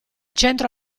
centro